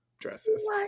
dresses